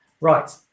right